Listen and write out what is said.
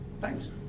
Thanks